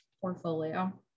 portfolio